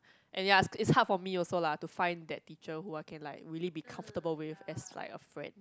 and ya it it is hard for me also lah to find that teacher whom I can like be comfortable with as like a friend